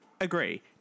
Agree